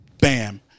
bam